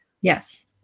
Yes